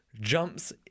jumps